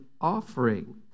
offering